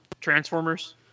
Transformers